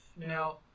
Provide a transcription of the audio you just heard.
Now